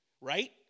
right